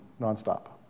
nonstop